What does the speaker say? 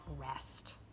rest